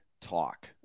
talk